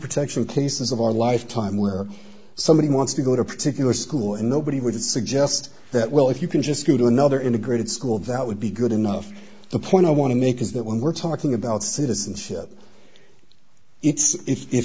protection cases of our lifetime where somebody wants to go to a particular school and nobody would suggest that well if you can just go to another integrated school valid be good enough the point i want to make is that when we're talking about citizenship i